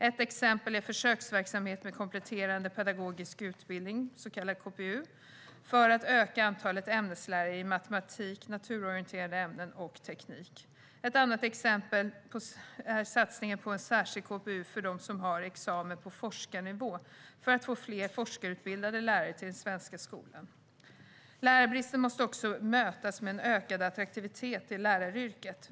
Ett exempel är försöksverksamhet med kompletterande pedagogisk utbildning, så kallad KPU, för att öka antalet ämneslärare i matematik, naturorienterande ämnen och teknik. Ett annat exempel är satsningen på en särskild KPU för dem med examen på forskarnivå för att få fler forskarutbildade lärare i den svenska skolan. Lärarbristen måste också mötas med en ökad attraktivitet i läraryrket.